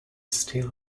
steel